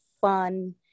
fun